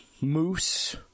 Moose